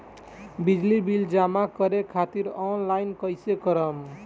बिजली बिल जमा करे खातिर आनलाइन कइसे करम?